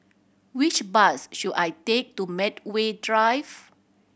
which bus should I take to Medway Drive